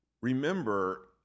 Remember